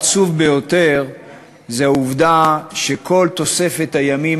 העצוב ביותר הוא העובדה שכל תוספת הימים